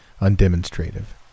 undemonstrative